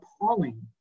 appalling